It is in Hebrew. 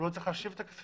לא צריך להשיב את הכספים?